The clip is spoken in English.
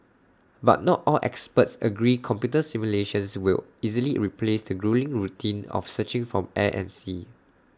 but not all experts agree computer simulations will easily replace the gruelling routine of searching from air and sea